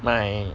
my